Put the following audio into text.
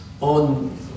on